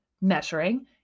measuring